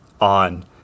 on